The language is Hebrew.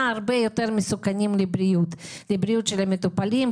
הרבה יותר מסוכנים לבריאות של המטופלים,